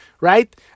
right